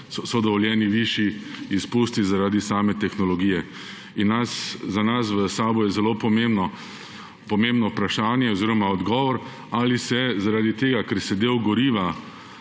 so dovoljeni višji izpusti zaradi same tehnologije. Za nas v SAB je zelo pomembno vprašanje oziroma odgovor, ali se zaradi tega, ker se del goriva,